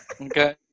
Okay